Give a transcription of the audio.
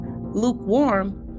lukewarm